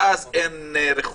ואז אין ריחוק,